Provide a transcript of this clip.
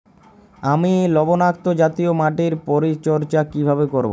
আমি লবণাক্ত জাতীয় মাটির পরিচর্যা কিভাবে করব?